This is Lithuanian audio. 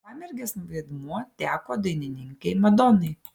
pamergės vaidmuo teko dainininkei madonai